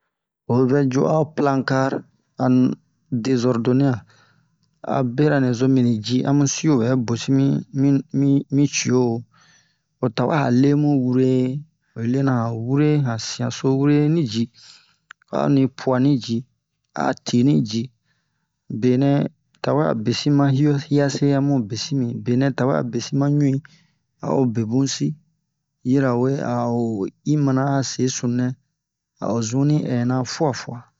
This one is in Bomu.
o vɛ ju a'o plankar ani dezordone'a a bera nɛ zo mini ji a mu siwo bɛ bosi mi mi mi cio o tawɛ a lemu wure oyi lena han wure han sian so wure ni ji a'o ni pu'a ni ji a tini ji benɛ tawe a besin ma hio hiase amu besin mi benɛ tawe a besin ma ɲui a'o be bun si yirawe a'o i mana a se sunu nɛ a'o zuni hɛna fua fua ɲɲɲɲ